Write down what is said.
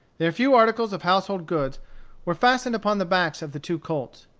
their few articles of household goods were fastened upon the backs of the two colts.